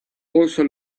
also